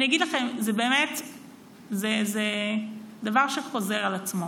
זה דבר שחוזר על עצמו,